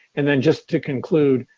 and then just to conclude,